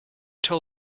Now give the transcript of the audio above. tell